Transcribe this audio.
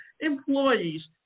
Employees